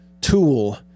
tool